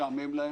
משעמם להם,